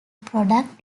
product